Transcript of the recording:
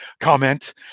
comment